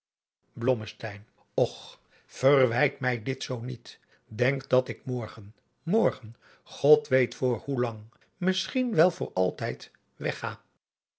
och verwijt mij dit zoo niet denk dat ik morgen morgen god weet voor hoe lang misschien wel voor altijd weg ga